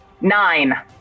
Nine